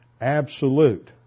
absolute